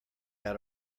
out